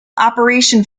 operation